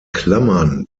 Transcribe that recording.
klammern